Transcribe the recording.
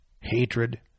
hatred